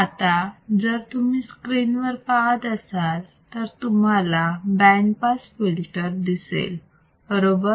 आता जर तुम्ही स्क्रीन वर पाहत असाल तर तुम्हाला बँड पास फिल्टर दिसेल बरोबर